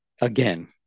again